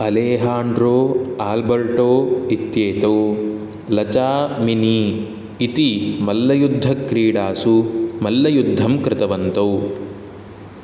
Alejandro Alberto इत्येतौ लचामिनी इति मल्लयुद्धक्रीडासु मल्लयुद्धं कृतवन्तौ